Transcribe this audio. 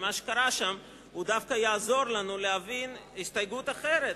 ומה שקרה שם דווקא יעזור לנו להבין הסתייגות אחרת,